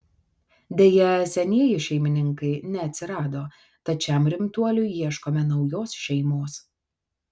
deja senieji šeimininkai neatsirado tad šiam rimtuoliui ieškome naujos šeimos